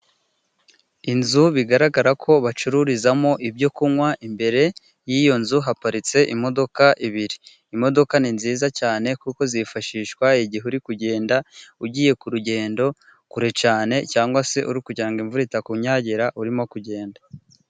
Inzu bigaragara ko bacururizamo ibyo kunywa imbere y'iyo nzu haparitse imodoka ebyiri. Imodoka ni nziza cyane kuko zifashishwa igihe uri kugenda ugiye ku rugendo kure cyane cyangwa se uri kugira ngo imvura itakunyagira urimo kugenda.